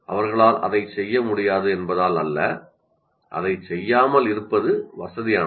அவர்களால் அதைச் செய்ய முடியாது என்பதால் அல்ல அதைச் செய்யாமல் இருப்பது வசதியானது